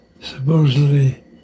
Supposedly